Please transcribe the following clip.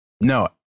No